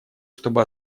чтобы